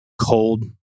cold